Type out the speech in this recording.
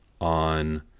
on